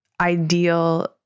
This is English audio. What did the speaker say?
ideal